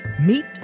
meet